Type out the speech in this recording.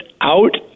out